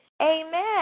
Amen